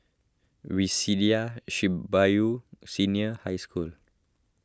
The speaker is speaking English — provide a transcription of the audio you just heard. Waseda Shibuya Senior High School